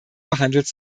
behandelt